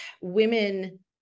women